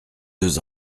deux